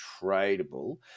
tradable